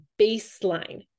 baseline